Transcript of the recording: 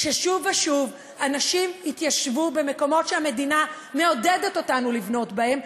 ששוב ושוב אנשים שהתיישבו במקומות שהמדינה מעודדת אותנו לבנות בהם,